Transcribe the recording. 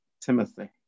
Timothy